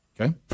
Okay